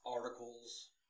articles